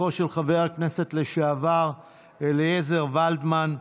דברים לזכרו של חבר הכנסת לשעבר אליעזר ולדמן.